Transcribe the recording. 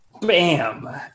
Bam